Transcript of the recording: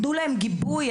תנו להם את הגיבוי.